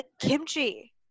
kimchi